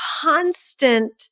constant